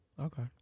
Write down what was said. okay